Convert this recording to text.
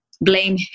blame